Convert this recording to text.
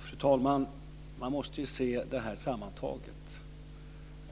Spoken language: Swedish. Fru talman! Man måste se detta sammantaget.